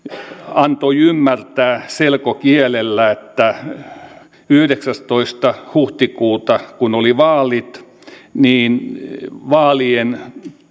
antoi ymmärtää selkokielellä että kun yhdeksästoista huhtikuuta oli vaalit niin vaalien